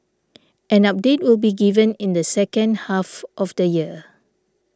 an update will be given in the second half of the year